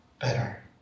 better